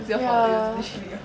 ya